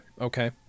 Okay